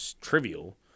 trivial